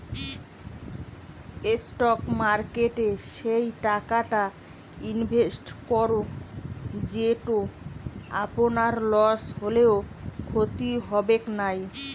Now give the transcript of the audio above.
stock মার্কেটে সেই টাকাটা ইনভেস্ট করো যেটো আপনার লস হলেও ক্ষতি হবেক নাই